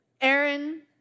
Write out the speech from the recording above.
Aaron